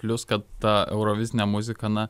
plius kad ta eurovizinė muzika na